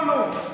או לא.